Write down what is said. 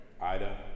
Ida